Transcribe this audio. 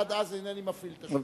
עד אז אינני מפעיל את השעון.